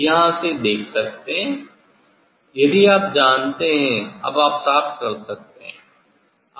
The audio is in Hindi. यहाँ से देख सकते हैं कि यदि आप जानते हैं तब आप प्राप्त कर सकते हैं